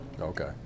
Okay